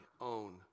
own